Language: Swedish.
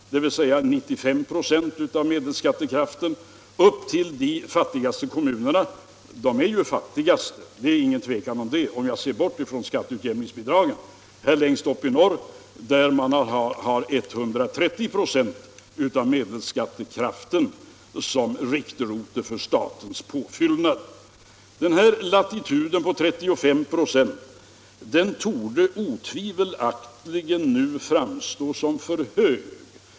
arbetsgivaravgiften Gränsen är 95 96 av medelskattekraften i det lägsta fallet. Skatteutjäminom det inre ningsbidragen längst uppe i norr anpassas till 130 926 av medelskattestödområdet kraften i riket. Denna latitud på 35 96 torde otvivelaktigt nu framstå som alltför hög.